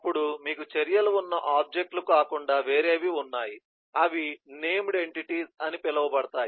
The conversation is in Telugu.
అప్పుడు మీకు చర్యలు ఉన్న ఆబ్జెక్ట్ లు కాకుండా వేరేవి ఉన్నాయి అవి నేమ్డ్ ఎంటిటీస్ అని పిలువబడతాయి